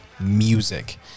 music